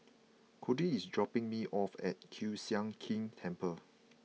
Codie is dropping me off at Kiew Sian King Temple